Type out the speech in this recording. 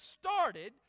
started